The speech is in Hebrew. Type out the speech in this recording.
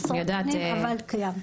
עשרות שנים אבל קיים.